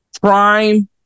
prime